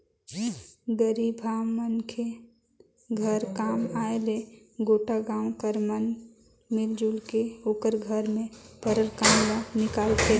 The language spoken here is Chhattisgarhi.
गरीबहा मनखे घर काम आय ले गोटा गाँव कर मन मिलजुल के ओकर घर में परल काम ल निकालथें